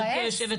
גברתי היושבת ראש.